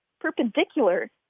perpendicular